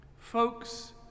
folks